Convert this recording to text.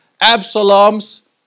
Absalom's